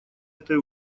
этой